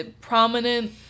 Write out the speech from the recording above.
prominent